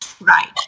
Right